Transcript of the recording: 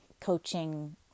coaching